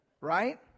Right